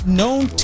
known